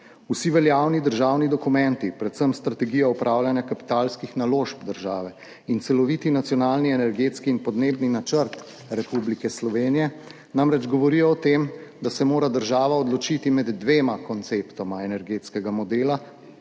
Vsi veljavni državni dokumenti, predvsem Strategija upravljanja kapitalskih naložb države in Celoviti nacionalni energetski in podnebni načrt Republike Slovenije, namreč govorijo o tem, da se mora država odločiti med dvema konceptoma energetskega modela,